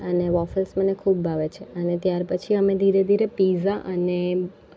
અને વોફેલ્સ મને ખૂબ ભાવે છે અને ત્યાર પછી અમે ધીરે ધીરે પીઝા અને એ